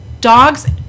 dog's